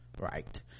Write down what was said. Right